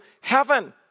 heaven